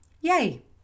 Yay